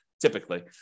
typically